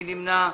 מי נמנע?